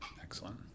Excellent